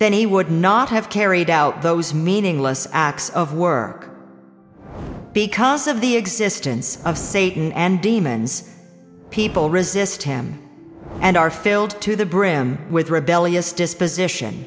then he would not have carried out those meaningless acts of work because of the existence of satan and demons people resist him and are filled to the brim with rebellious disposition